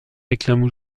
réclament